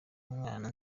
mwana